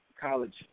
college